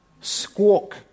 Squawk